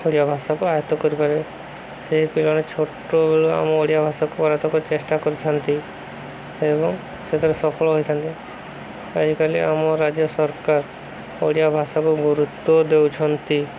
ଓଡ଼ିଆ ଭାଷାକୁ ଆୟତ କରିପାରିବେ ସେହି ପିଲାମାନେ ଛୋଟବେଳୁ ଆମ ଓଡ଼ିଆ ଭାଷାକୁ କରତକ ଚେଷ୍ଟା କରିଥାନ୍ତି ଏବଂ ସେଥିରେ ସଫଳ ହୋଇଥାନ୍ତି ଆଜିକାଲି ଆମ ରାଜ୍ୟ ସରକାର ଓଡ଼ିଆ ଭାଷାକୁ ଗୁରୁତ୍ୱ ଦେଉଛନ୍ତି